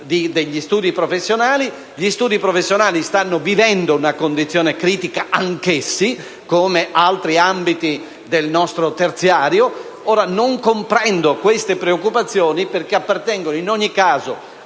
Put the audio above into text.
loro dipendenti - e stanno vivendo una condizione critica anch'essi, come altri ambiti del nostro terziario. Ora, non comprendo queste preoccupazioni perché appartengono, in ogni caso,